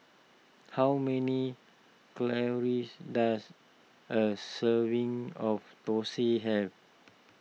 how many calories does a serving of Thosai have